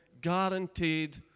guaranteed